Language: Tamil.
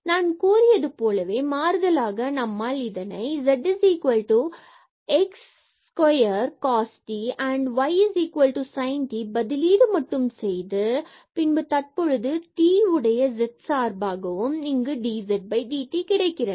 நான் கூறியது போலவே மாறுதலாக நம்மால் இதனை z x x is cos t and ysin t பதிலீடு மட்டும் செய்து பின்பு தற்பொழுது t உடைய z சார்பாகவும் இங்கு dzdt கிடைக்கிறது